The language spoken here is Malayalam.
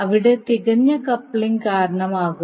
അവിടെ തികഞ്ഞ കപ്ലിംഗിന് കാരണമാകുന്നു